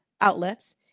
outlets